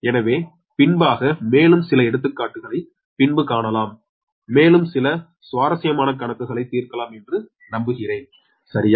எனவே பின்பாக மேலும் சில எடுத்துக்காட்டுகளை பின்பு காணலாம் மேலும் சில சுவாரசியமான கணக்குகளை தீர்க்கலாம் என்று நம்புகிறேன் சரியா